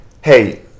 hey